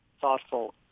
thoughtful